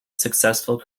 successful